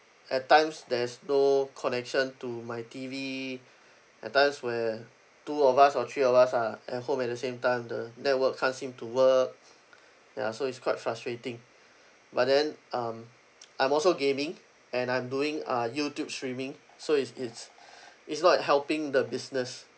at times there's no connection to my T_V at times where two of us or three of us are at home at the same time the network can't seem to work ya so is quite frustrating but then um I'm also gaming and I'm doing a YouTube streaming so it's it's it's not helping the business